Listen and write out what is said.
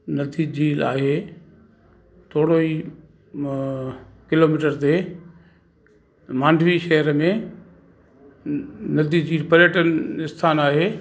नथी झील आहे थोरो ई किलोमीटर ते मांडवी शहर में नदी जी पर्यटन स्थान आहे